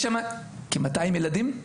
יש שם כ-200 ילדים,